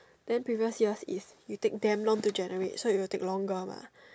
then previous years is you take damn long to generate so it will take longer mah